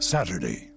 Saturday